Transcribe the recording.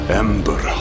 ember